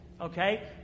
Okay